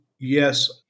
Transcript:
yes